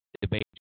Debate